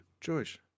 George